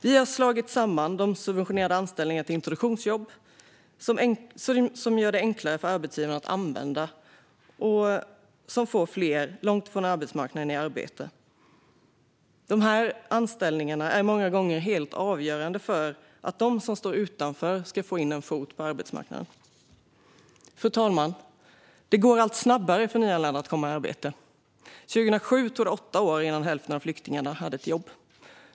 Vi har slagit samman de subventionerade anställningarna till introduktionsjobb, som är enklare för arbetsgivarna att använda och får fler som står långt från arbetsmarknaden i arbete. Dessa anställningar är många gånger helt avgörande för att de som står utanför ska få in en fot på arbetsmarknaden. Fru talman! Det går allt snabbare för nyanlända att komma i arbete. År 2007 tog det åtta år innan hälften av flyktingarna hade jobb.